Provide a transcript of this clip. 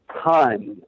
time